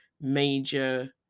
major